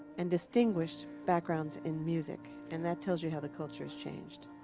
and distinguished backgrounds in music, and that tells you how the culture has changed.